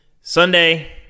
Sunday